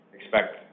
expect